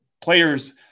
players